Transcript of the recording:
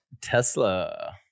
Tesla